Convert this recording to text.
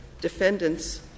defendants